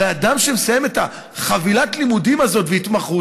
הרי אדם שמסיים את חבילת הלימודים הזאת ואת ההתמחות,